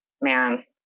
man